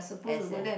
as a